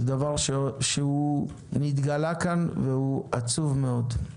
זה דבר שנתגלה כאן והוא עצוב מאוד.